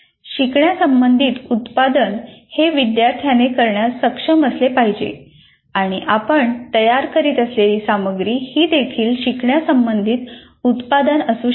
शिकण्या संबंधित उत्पादन हे विद्यार्थ्याने करण्यास सक्षम असले पाहिजे आणि आपण तयार करीत असलेली सामग्री ही देखील शिकण्या संबंधित उत्पादन असू शकते